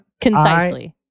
Concisely